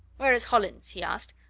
where is hollins? he asked.